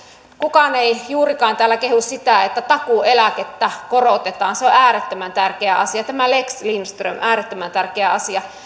kukaan ei juurikaan täällä kehu sitä että takuueläkettä korotetaan mutta se on äärettömän tärkeä asia tämä lex lindström on äärettömän tärkeä asia